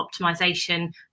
optimisation